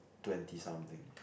twenty something